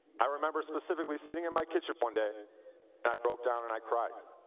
i remember specifically sitting in my kitchen one day and i broke down and i cried.